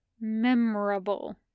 memorable